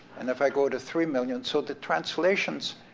and if i go to three million. so the translations